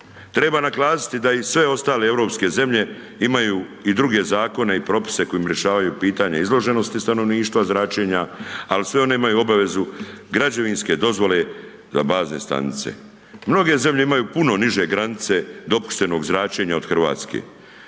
Treba naglasiti da i sve ostale europske zemlje imaju i druge zakone i propise kojim rješavaju pitanje izloženosti stanovništva zračenja, ali sve one imaju obavezu građevinske dozvole za bazne stanice. Mnoge zemlje imaju puno niže granice dopuštenog zračenja od Hrvatske.